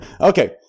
Okay